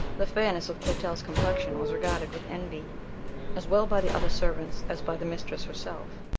the fairness of clotel's complexion was regarded with envy as well by the other servants as by the mistress herself.